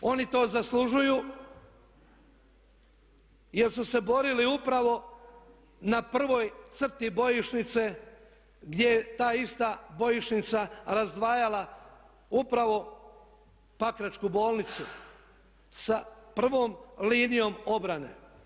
Oni to zaslužuju jer su se borili upravo na prvoj crti bojišnice gdje je ta ista bojišnica razdvajala upravo Pakračku bolnicu sa prvom linijom obrane.